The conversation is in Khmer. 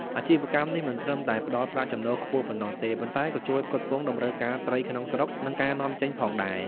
អាជីវកម្មនេះមិនត្រឹមតែផ្តល់ប្រាក់ចំណូលខ្ពស់ប៉ុណ្ណោះទេ ប៉ុន្តែក៏ជួយផ្គត់ផ្គង់តម្រូវការត្រីក្នុងស្រុក និងការនាំចេញផងដែរ។